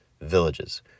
villages